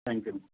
thank you madam